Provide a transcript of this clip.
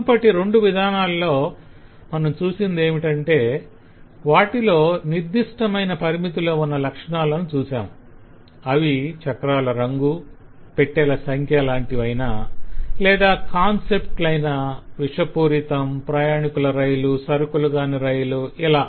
మునుపటి రెండు విధానాల్లో మనం చూసిందేమిటంటే వాటిలో నిర్దిష్టమైన పరిమితిలో ఉన్న లక్షణాలను చూసాం అవి చక్రాల రంగు పెట్టెల సంఖ్య లాంటివయినా లేదా కాన్సెప్ట్ లయిన విషపూరితం ప్రయాణికుల రైలు సరకుల రైలు కాని